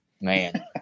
Man